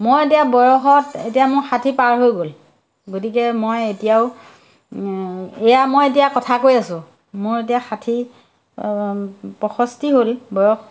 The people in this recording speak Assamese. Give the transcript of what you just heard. মই এতিয়া বয়সত এতিয়া মোৰ ষাঠি পাৰ হৈ গ'ল গতিকে মই এতিয়াও এয়া মই এতিয়া কথা কৈ আছোঁ মোৰ এতিয়া ষাঠি পয়ষষ্ঠী হ'ল বয়স